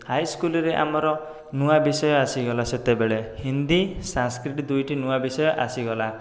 ହାଇସ୍କୁଲ୍ରେ ଆମର ନୂଆ ବିଷୟ ଆସିଗଲା ସେତେବେଳେ ହିନ୍ଦୀ ସାଂସ୍କ୍ରିଟ୍ ଦୁଇଟି ନୂଆ ବିଷୟ ଆସିଗଲା